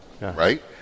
right